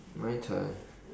my turn